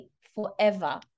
forever